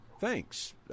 Thanks